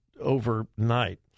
overnight